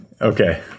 Okay